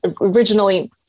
originally